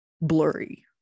blurry